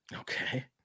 okay